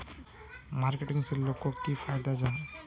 Marketing से लोगोक की फायदा जाहा?